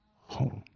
home